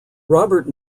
robert